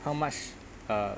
how much uh